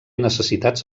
necessitats